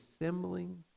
assembling